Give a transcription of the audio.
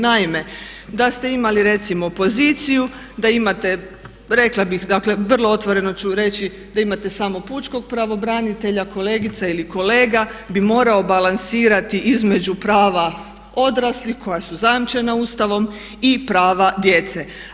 Naime, da ste imali recimo poziciju, da imate rekla bih, dakle vrlo otvoreno ću reći da imate samo pučkog pravobranitelja kolegica ili kolega bi morao balansirati između prava odraslih koja su zajamčena Ustavom i prava djece.